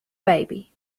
baby